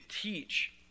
teach